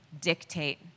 dictate